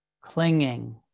Clinging